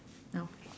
now